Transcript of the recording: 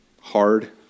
hard